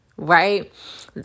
right